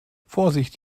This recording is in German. vorsicht